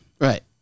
Right